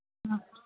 ꯑ